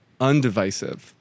undivisive